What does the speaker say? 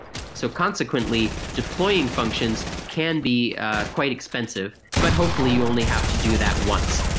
so, consequently, deploying functions can be quite expensive, but hopefully you only have to do that once.